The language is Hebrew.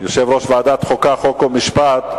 יושב-ראש ועדת חוקה, חוק ומשפט,